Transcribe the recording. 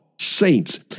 saints